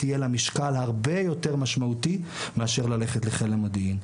יהיה לה משקל הרבה יותר משמעותי מאשר ללכת לחיל המודיעין.